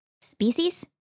Species